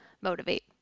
motivate